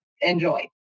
enjoy